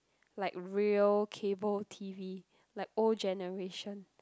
like real cable T_V like old generation